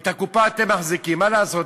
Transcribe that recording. ואת הקופה אתם מחזיקים, מה לעשות.